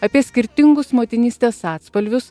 apie skirtingus motinystės atspalvius